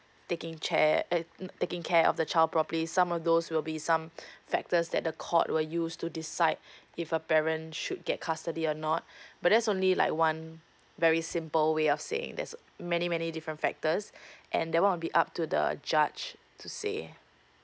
taking care uh taking care of the child properly some of those will be some factors that the court were used to decide if a parent should get custody or not but there's only like one very simple way of saying there's many many different factors and that one will be up to the judge to say